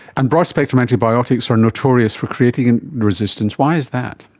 and broad spectrum antibiotics are notorious for creating and resistance, why is that?